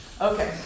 Okay